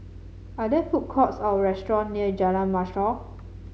are there food courts or restaurant near Jalan Mashhor